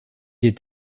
est